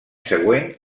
següent